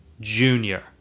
Junior